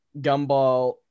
gumball